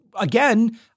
again